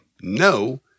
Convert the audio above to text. no